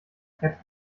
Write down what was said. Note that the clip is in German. fett